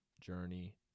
journey